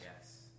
yes